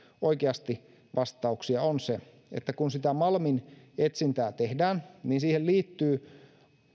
oikeasti vastauksia on se että kun malmin etsintää tehdään siihen liittyy